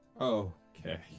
okay